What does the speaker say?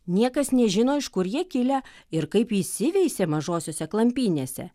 niekas nežino iš kur jie kilę ir kaip įsiveisė mažosiose klampynėse